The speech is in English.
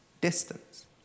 distance